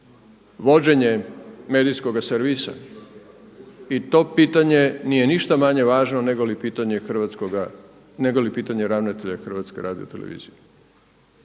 vođenje medijskoga servisa. I to pitanje nije ništa manje važno nego li pitanje hrvatskoga, nego li